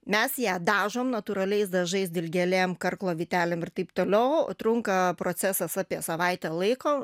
mes ją dažom natūraliais dažais dilgėlėm karklo vytelėm ir taip toliau trunka procesas apie savaitę laiko